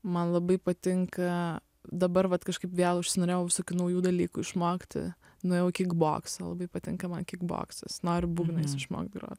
man labai patinka dabar vat kažkaip vėl užsinorėjau visokių naujų dalykų išmokti nuėjau į kikboksą labai patinka man kikboksas nori būgnais išmokt grot